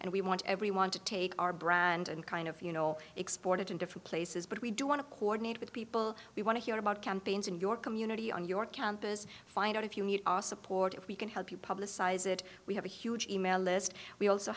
and we want everyone to take our brand and kind of you know exported in different places but we do want to coordinate with people we want to hear about campaigns in your community on your campus find out if you need our support if we can help you publicize it we have a huge email list we also